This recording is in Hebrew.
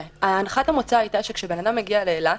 הנחת המוצא הייתה שכאשר אדם מגיע לאילת,